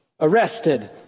arrested